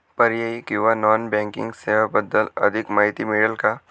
पर्यायी किंवा non banking सेवांबद्दल अधिक माहिती मिळेल का?